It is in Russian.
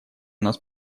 нас